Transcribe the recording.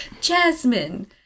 jasmine